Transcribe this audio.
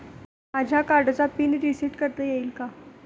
माझ्या कार्डचा PIN reset करता येईल का?